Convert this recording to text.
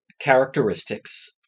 characteristics